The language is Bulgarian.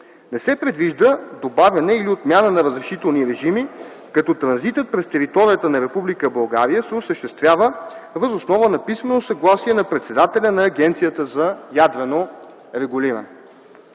Не се предвижда добавяне или отмяна на разрешителни режими, като транзитът през територията на Република България се осъществява въз основа на писмено съгласие на председателя на Агенцията за ядрено регулиране.